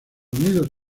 unidos